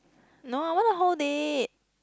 no I want to hold it